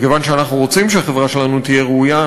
וכיוון שאנחנו רוצים שהחברה שלנו תהיה ראויה,